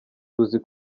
tuzi